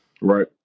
Right